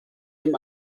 dem